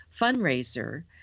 fundraiser